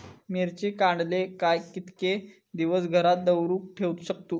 मिर्ची काडले काय कीतके दिवस घरात दवरुक शकतू?